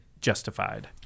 justified